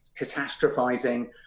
catastrophizing